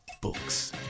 books